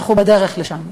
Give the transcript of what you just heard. אנחנו בדרך לשם.